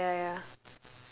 ya ya ya